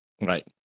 Right